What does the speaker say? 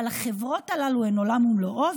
אבל החברות הללו הן עולם ומלואו.